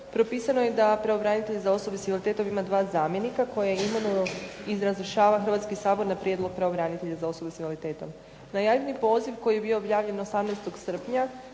propisano je da pravobranitelj za osobe s invaliditetom ima 2 zamjenika koje imenuje ili razrješava Hrvatski sabor na prijedlog pravobranitelja za osobe s invaliditetom. Na javni poziv koji je bio objavljen 18. srpnja